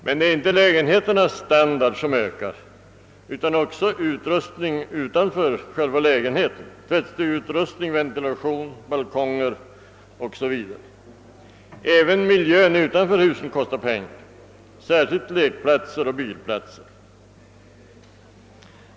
Men det är inte bara lägenheternas standard som höjs, utan också utrustningen utanför själva lägenheterna: tvättstuga, ventilation, balkonger 0. s. v. Även miljön utanför husen kostar pengar, särskilt lekplatser och bilplatser.